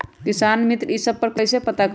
किसान मित्र ई सब मे कईसे पता करी?